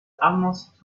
almost